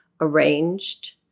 arranged